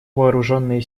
вооруженные